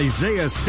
Isaiah